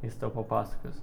jis tau papasakos